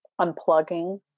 unplugging